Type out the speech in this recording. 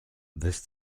this